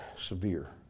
severe